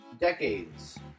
decades